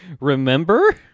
remember